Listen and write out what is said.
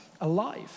alive